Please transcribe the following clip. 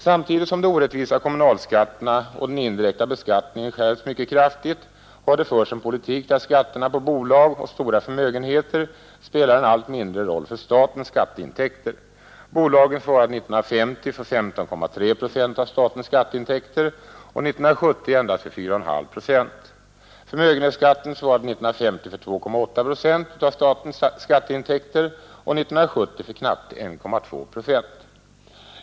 Samtidigt som de orättvisa kommunalskatterna och den indirekta beskattningen skärpts mycket kraftigt har det förts en politik, där skatterna på bolag och stora förmögenheter spelar en allt mindre roll för statens skatteintäkter. Bolagen svarade år 1950 för 15,3 procent av statens skatteintäkter och år 1970 för endast 4,5 procent. Förmögenhetsskatten svarade år 1950 för 2,8 procent av statens skatteintäkter och år 1970 för knappt 1,2 procent.